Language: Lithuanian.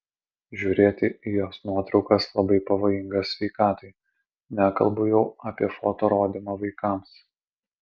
žiūrėti į jos nuotraukas labai pavojinga sveikatai nekalbu jau apie foto rodymą vaikams